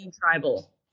Tribal